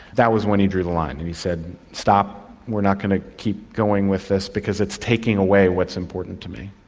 that was when he drew the line and he said, stop, we're not going to keep going with this because it's taking away what's important to me.